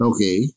Okay